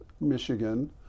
Michigan